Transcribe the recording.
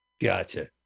Gotcha